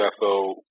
UFO